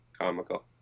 comical